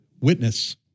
Witness